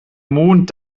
mond